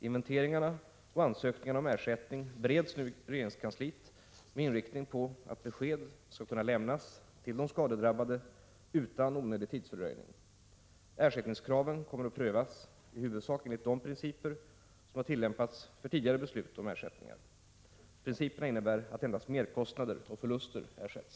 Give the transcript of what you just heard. Inventeringarna och ansökningarna om ersättning bereds nu i regeringskansliet med inriktning på att besked skall kunna lämnas till de skadedrabbade utan onödig tidsfördröjning. Ersättningskraven kommer att prövas i huvudsak enligt de principer som har tillämpats för tidigare beslut om ersättningar. Principerna innebär att endast merkostnader och förluster ersätts.